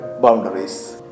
boundaries